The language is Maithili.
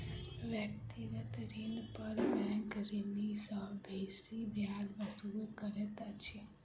व्यक्तिगत ऋण पर बैंक ऋणी सॅ बेसी ब्याज वसूल करैत अछि